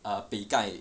err 比盖